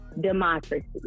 democracy